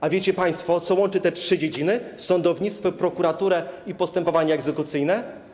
A wiecie państwo, co łączy te trzy dziedziny: sądownictwo, prokuraturę i postępowania egzekucyjne?